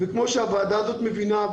וכמו שהוועדה הזאת מבינה,